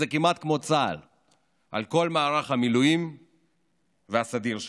זה כמעט כמו צה"ל על כל מערך המילואים והסדיר שלו.